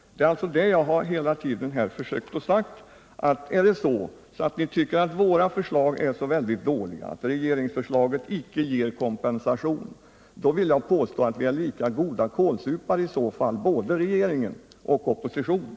Det är vad jag hela tiden har försökt säga. Om ni tycker att våra förslag är så rysligt dåliga och att regeringsförslaget inte ger kompensation, då vill jag påstå att regering och opposition i så fall är lika goda kålsupare.